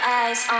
eyes